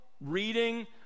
reading